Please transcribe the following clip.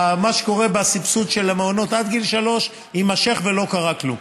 מה שקורה בסבסוד של המעונות עד גיל שלוש יימשך ולא קרה כלום.